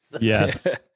Yes